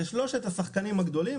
זה שלושת השחקנים הגדולים,